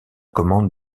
commande